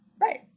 Right